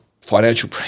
financial